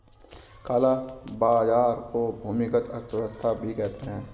काला बाजार को भूमिगत अर्थव्यवस्था भी कहते हैं